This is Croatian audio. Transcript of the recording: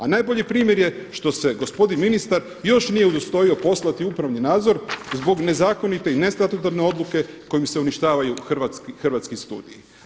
A najbolji primjer je što se gospodin ministar još nije udostojio poslati upravni nadzor zbog nezakonite i nestatutarne odluke kojom se uništavaju hrvatski studiji.